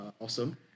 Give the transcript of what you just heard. awesome